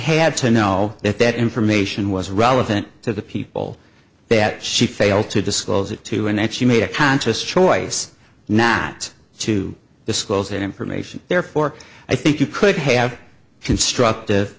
had to know that that information was relevant to the people that she failed to disclose it to an end she made a conscious choice not to disclose that information therefore i think you could have constructive